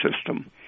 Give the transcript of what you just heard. system